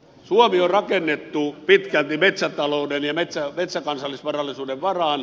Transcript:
suomi on rakennettu pitkälti metsätalouden ja metsäkansallisvarallisuuden varaan